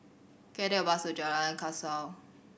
can I take a bus to Jalan Kasau